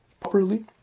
properly